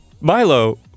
Milo